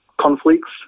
conflicts